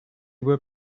were